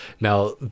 now